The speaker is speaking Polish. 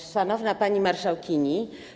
Szanowna Pani Marszałkini!